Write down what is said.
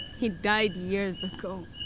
he died years ago.